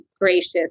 gracious